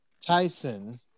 Tyson